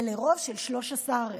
וברוב של 12,